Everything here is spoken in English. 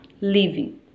living